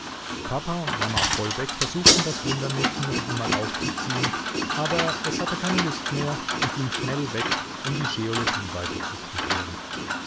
papa und mama vollbeck versuchten das wundermädchen noch einmal aufzuziehen aber es hatte keine lust mehr und ging schnell weg um die scheologie